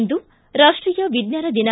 ಇಂದು ರಾಷ್ಟೀಯ ವಿಜ್ಞಾನ ದಿನ